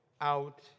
out